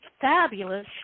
fabulous